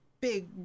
big